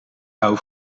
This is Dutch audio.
hou